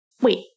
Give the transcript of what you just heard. wait